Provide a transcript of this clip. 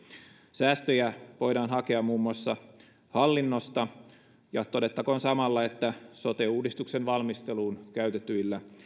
säästöjä voidaan hakea muun muassa hallinnosta ja todettakoon samalla että sote uudistuksen valmisteluun käytetyillä